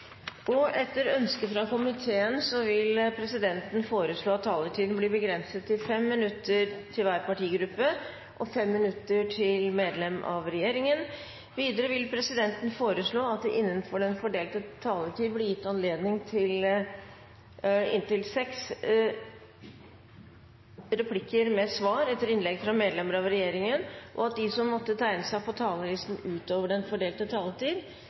8. Etter ønske fra næringskomiteen vil presidenten foreslå at taletiden blir begrenset til 5 minutter til hver partigruppe og 5 minutter til medlemmer av regjeringen. Videre vil presidenten foreslå at det – innenfor den fordelte taletid – blir gitt anledning til inntil seks replikker med svar etter innlegg fra medlemmer av regjeringen, og at de som måtte tegne seg på talerlisten utover den fordelte taletid,